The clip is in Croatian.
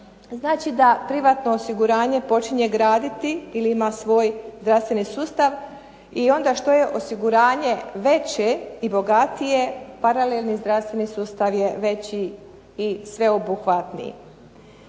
privatno osiguranje počinje graditi ili ima svoj zdravstveni sustav i onda što je osiguranje veće i bogatije paralelni zdravstveni sustav je veći i sveobuhvatniji.